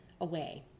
away